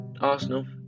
Arsenal